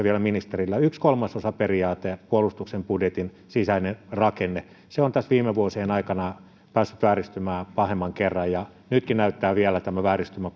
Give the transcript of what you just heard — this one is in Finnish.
vielä ministerille yksi kolmasosa periaate puolustuksen budjetin sisäinen rakenne on viime vuosien aikana päässyt vääristymään pahemman kerran nytkin näyttää vielä tämä vääristymä